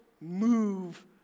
move